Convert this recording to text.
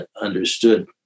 understood